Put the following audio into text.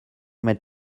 met